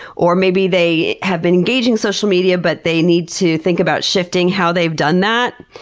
or maybe they have been engaging social media but they need to think about shifting how they have done that,